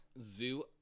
Zoo